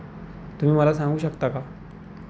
तुम्ही मला सांगू शकता का